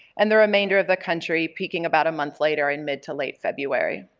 and the remainder of the country peaking about a month later in mid to late february.